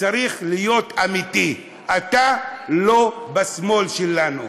שצריך להיות אמיתי: אתה לא בשמאל שלנו,